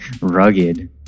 rugged